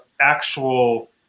actual